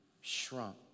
shrunk